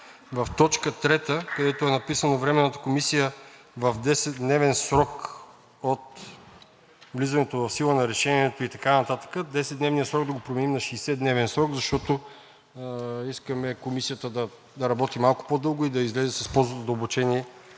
В т. 3, където е написано „Временната комисия в 10-дневен срок от влизането в сила на решението“ и така нататък, 10-дневният срок да го променим на 60-дневен срок, защото искаме Комисията да работи малко по-дълго и да излезе с по-задълбочени